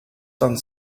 done